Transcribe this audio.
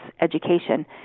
education